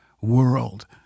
world